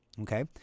Okay